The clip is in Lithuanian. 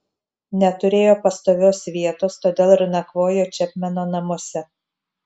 neturėjo pastovios vietos todėl ir nakvojo čepmeno namuose